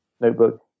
notebook